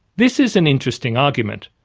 this is an interesting argument.